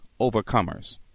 overcomers